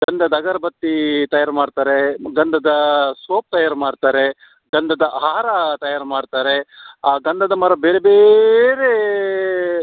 ಗಂಧದ ಅಗರ್ಬತ್ತಿ ತಯಾರು ಮಾಡ್ತಾರೆ ಗಂಧದ ಸೋಪ್ ತಯಾರು ಮಾಡ್ತಾರೆ ಗಂಧದ ಹಾರ ತಯಾರು ಮಾಡ್ತಾರೆ ಆ ಗಂಧದ ಮರ ಬೇರೆ ಬೇರೆ